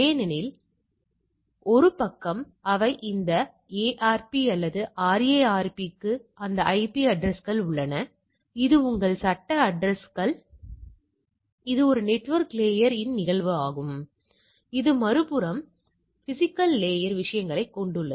ஏனெனில் ஒரு பக்கம் அவை இந்த ARP அல்லது RARP க்கு அந்த ஐபி அட்ரஸ்கள் உள்ளன இது உங்கள் சட்ட அட்ரஸ்லீகல் அட்ரஸ் இது ஒரு நெட்வொர்க் லேயர் இன் நிகழ்வு ஆகும் இது மறுபுறம் பிஸிக்கல் லேயர் விஷயங்களைக் கொண்டுள்ளது